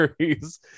series